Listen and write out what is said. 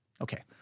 Okay